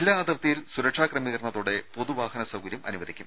ജില്ലാ അതിർത്തിയിൽ സുരക്ഷാ ക്രമീകരണത്തോടെ പൊതു വാഹന സൌകര്യം അനുവദിക്കും